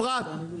אפרת?